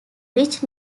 rich